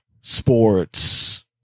sports